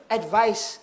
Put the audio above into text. advice